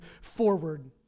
forward